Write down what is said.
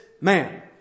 man